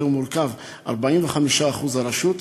הרי הוא 45% הרשות,